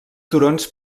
turons